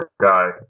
guy